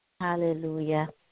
Hallelujah